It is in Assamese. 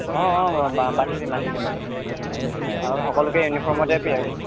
অঁ অঁ বান্ধি দিম বান্ধি দিম বাইদেউ আৰু সকলোকে ইউনিফৰ্মতে পি